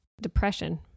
depression